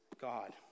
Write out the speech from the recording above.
God